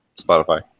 spotify